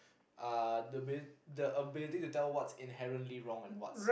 uh the abili~ the ability to tell what is inherently wrong and what's